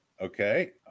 Okay